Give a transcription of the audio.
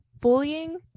bullying